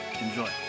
Enjoy